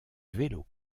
vélo